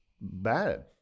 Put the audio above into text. bad